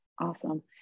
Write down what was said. Awesome